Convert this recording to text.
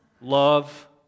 Love